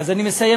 אז אני מסיים.